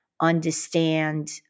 understand